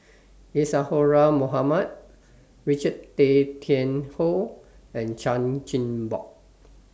Isadhora Mohamed Richard Tay Tian Hoe and Chan Chin Bock